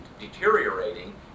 deteriorating